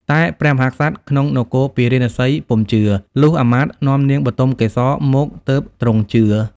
តែព្រះមហាក្សត្រក្នុងនគរពារាណសីពុំជឿ លុះអាមាត្យនាំនាងបុទមកេសរមកទើបទ្រង់ជឿ។